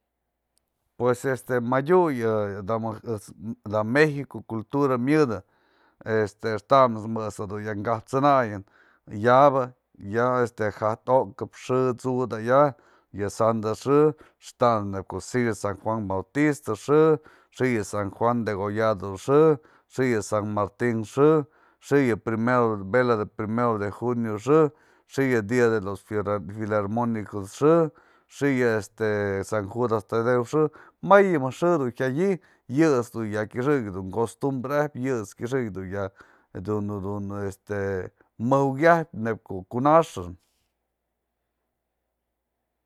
Pues este madyu yë da mejk ejt's da mexico cultura myëdë, este ëxtamët's më ëjt's dadun ka'ap t'sënayën ya'abë ya este ja'ajtokëp xë t'su da ya'a, yë sandë xë, ëxtamët's nebya xi'i je san juan bautista xë, xi'i yë san juan degollado xë, xi'i yë san martin xë, xi'i yë primero vela de primero de junio xë, xi'i yë dia de los fila- filarmonicos xë, xi'i yë este san judas tadeo xë, mayë yë mëjk xë dun jyadyë yë ejt's dun ya'a këxëk dun costumbre a'ajpyë, yë ejt's këxëk ya'a dun dun, este majukyapë neyb ku kunaxën.